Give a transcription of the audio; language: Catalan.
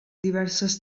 diverses